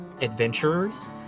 adventurers